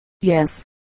yes